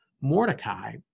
mordecai